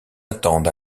attendent